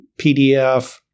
PDF